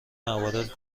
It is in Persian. موارد